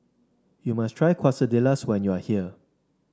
you must try Quesadillas when you are here